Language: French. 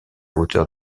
hauteur